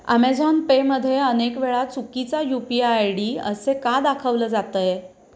Amazon पेमध्ये अनेक वेळा चुकीचा U P I I D असे का दाखवलं जातं आहे